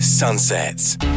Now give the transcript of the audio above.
sunsets